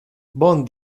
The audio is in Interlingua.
bon